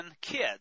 kids